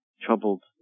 troubled